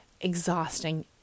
exhausting